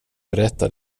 berättar